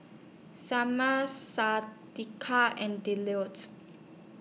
Samir Shadeka and